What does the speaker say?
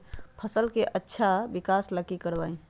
फसल के अच्छा विकास ला की करवाई?